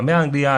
גם באנגליה,